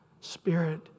Spirit